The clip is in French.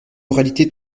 moralité